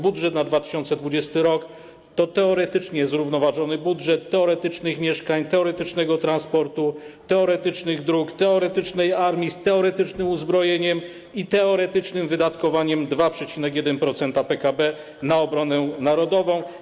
Budżet na 2020 r. to teoretycznie zrównoważony budżet teoretycznych mieszkań, teoretycznego transportu, teoretycznych dróg, teoretycznej armii z teoretycznym uzbrojeniem i teoretycznym wydatkowaniem 2,1% PKB na obronę narodową.